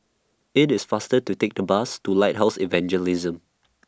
IT IS faster to Take The Bus to Lighthouse Evangelism